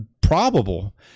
probable